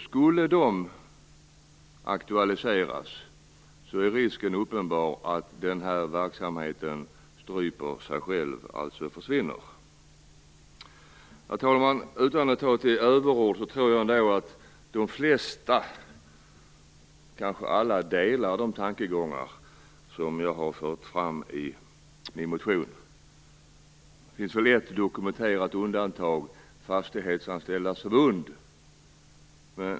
Skulle de aktualiseras är risken uppenbar att denna verksamhet stryper sig själv, alltså försvinner. Herr talman! Utan att ta till överord kan jag säga att jag tror att de flesta - kanske alla - delar de tankegångar som jag har fört fram i min motion. Det finns ett dokumenterat undantag: Fastighetsanställdas Förbund.